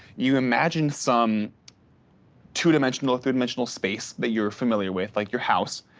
you imagine some two dimensional three dimensional space that you're familiar with, like your house,